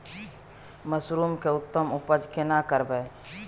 Mushroom के उत्तम उपज केना करबै?